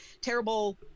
terrible